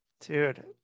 dude